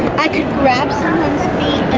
i could grab someones